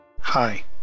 Hi